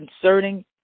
concerning